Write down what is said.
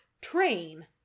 train